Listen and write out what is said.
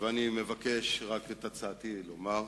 אני מבקש רק את הצעתי לומר.